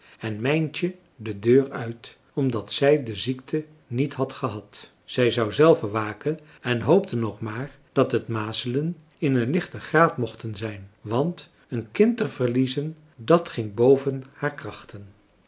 en mijntje de deur uit omdat zij de ziekte niet had gehad zij zou zelve waken en hoopte nog maar dat het mazelen in een lichten graad mochten zijn want een kind te verliezen dat ging boven haar krachten